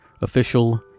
official